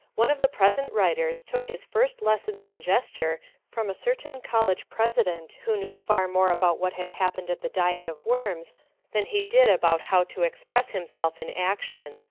one of the present writers took his first lessons in gesture from a certain college president who knew far more about what had happened at the diet of worms than he did about how to express himself in action.